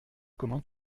comment